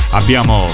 abbiamo